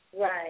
Right